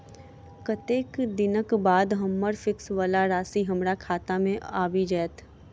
कत्तेक दिनक बाद हम्मर फिक्स वला राशि हमरा खाता मे आबि जैत?